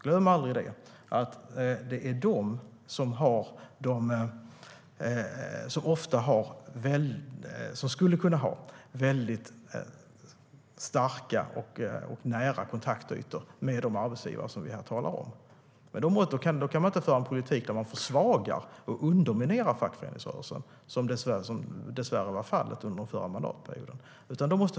Glöm aldrig att det är de som skulle kunna ha starka och nära kontaktytor med de arbetsgivare som vi här talar om! Då kan man inte föra en politik där man försvagar och underminerar fackföreningsrörelsen, som dessvärre var fallet under den förra mandatperioden.